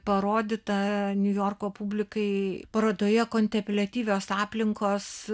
parodyta niujorko publikai parodoje kontempliatyvios aplinkos